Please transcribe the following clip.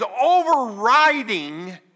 overriding